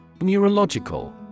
Neurological